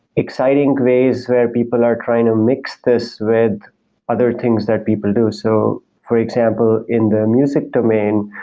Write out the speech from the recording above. exciting ways where people are trying to mix this with other things that people do. so for example, in the music domain,